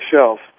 shelf